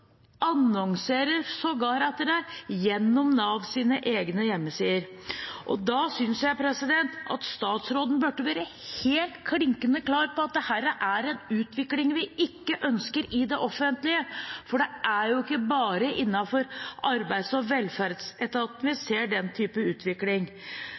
gjennom Navs egne hjemmesider. Da synes jeg at statsråden burde vært helt klinkende klar på at dette er en utvikling vi ikke ønsker i det offentlige – for det er jo ikke bare innenfor arbeids- og velferdsetaten vi